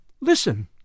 listen